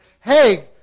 hey